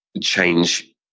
change